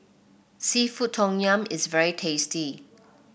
seafood Tom Yum is very tasty